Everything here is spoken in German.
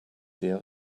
der